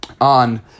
on